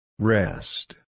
Rest